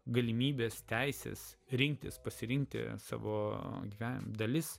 galimybės teisės rinktis pasirinkti savo dvi dalis